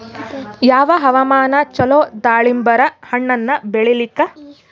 ಯಾವ ಹವಾಮಾನ ಚಲೋ ದಾಲಿಂಬರ ಹಣ್ಣನ್ನ ಬೆಳಿಲಿಕ?